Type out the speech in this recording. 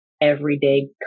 everyday